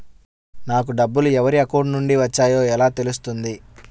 నాకు డబ్బులు ఎవరి అకౌంట్ నుండి వచ్చాయో ఎలా తెలుస్తుంది?